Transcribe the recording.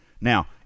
now